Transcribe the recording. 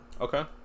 Okay